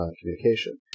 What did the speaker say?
communication